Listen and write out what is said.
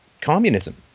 communism